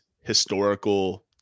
historical